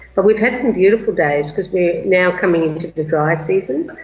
but we've had some beautiful days because we're now coming into the dry season,